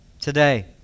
today